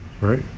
Right